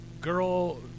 girl